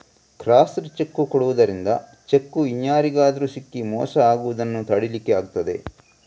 crossed cheque ಕೊಡುದರಿಂದ cheque ಇನ್ಯಾರಿಗಾದ್ರೂ ಸಿಕ್ಕಿ ಮೋಸ ಆಗುದನ್ನ ತಡೀಲಿಕ್ಕೆ ಆಗ್ತದೆ